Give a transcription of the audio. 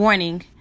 Warning